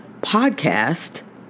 podcast